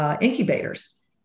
incubators